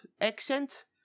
accent